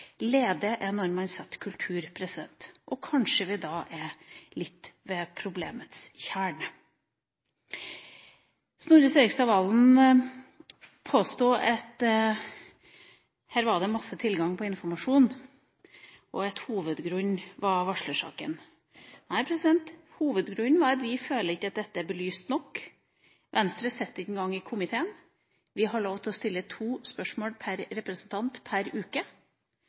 Lede er når man setter en kultur. Og kanskje vi her er ved noe av problemets kjerne. Snorre Serigstad Valen påsto at her var det masse tilgang på informasjon, og at hovedgrunnen var varslersaken. Nei, hovedgrunnen var at vi føler at dette ikke er belyst nok. Venstre sitter ikke engang i komiteen. Vi har lov til å stille to spørsmål per representant per uke,